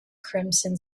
crimson